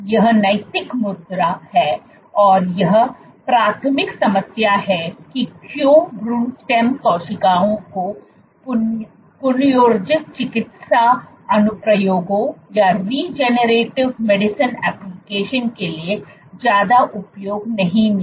यह नैतिक मुद्दा और यह प्राथमिक समस्या है कि क्यों भ्रूण स्टेम कोशिकाओं को पुनर्योजी चिकित्सा अनुप्रयोगों के लिए ज्यादा उपयोग नहीं मिला